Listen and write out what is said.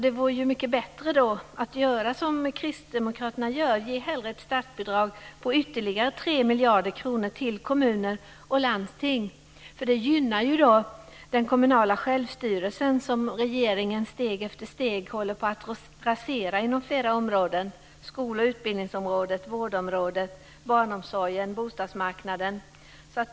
Det vore ju mycket bättre då att göra som kristdemokraterna gör: Ge hellre ett startbidrag på ytterligare 3 miljarder kronor till kommuner och landsting, för det gynnar ju den kommunala självstyrelsen som regeringen steg för steg håller på att rasera inom flera områden, t.ex. skol och utbildningsområdet, vårdområdet, barnomsorgen och bostadsmarknaden.